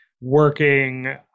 working